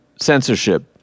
censorship